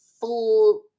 full